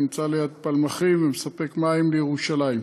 שנמצא ליד פלמחים ומספק מים לירושלים.